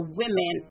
women